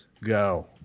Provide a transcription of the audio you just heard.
go